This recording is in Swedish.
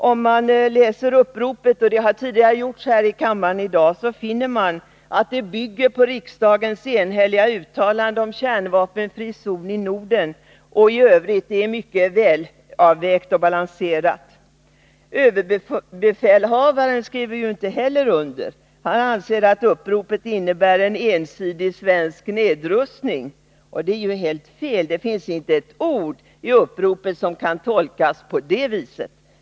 Om man läser uppropet, och det har tidigare gjorts här i kammaren i dag, finner man att det bygger på riksdagens enhälliga uttalande om en kärnvapenfri zon i Norden, och det är mycket välavvägt och balanserat. Överbefälhavaren har inte heller skrivit under. Han anser att uppropet innebär en ensidig svensk nedrustning — det är helt fel. Det finns inte ett ord i uppropet som kan tolkas på det viset.